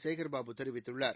சேகர் பாபு தெரிவித்துள்ளார்